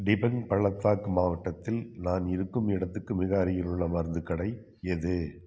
டிபங் பள்ளத்தாக்கு மாவட்டத்தில் நான் இருக்கும் இடத்துக்கு மிக அருகிலுள்ள மருந்துக் கடை எது